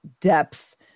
depth